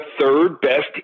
third-best